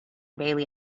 bailey